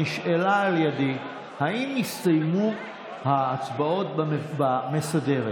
נשאלה על ידי אם הסתיימו ההצבעות במסדרת.